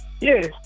Yes